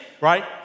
Right